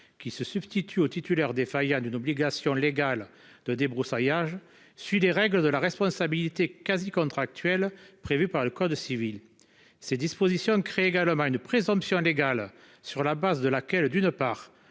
qui se substitue aux titulaires défaillant d'une obligation légale de débroussaillage suit des règles de la responsabilité quasi contractuelle prévue par le code civil. Ces dispositions crée également une présomption d'égal sur la base de laquelle, d'une part